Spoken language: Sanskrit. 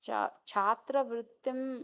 च छात्रवृत्तिं